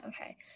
Okay